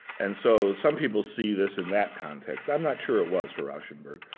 and so some people see this in that context. i'm not sure it was for rauschenberg.